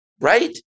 right